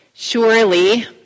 Surely